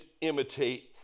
imitate